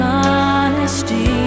honesty